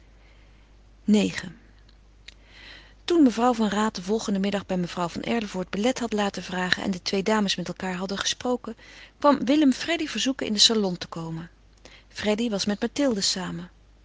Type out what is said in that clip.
ix toen mevrouw van raat den volgenden middag bij mevrouw van erlevoort belet had laten vragen en de twee dames met elkaâr hadden gesproken kwam willem freddy verzoeken in den salon te komen freddy was met mathilde samen